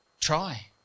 try